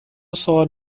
سوال